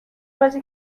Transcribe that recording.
بازی